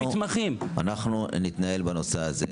אנחנו נתנהל בנושא הזה.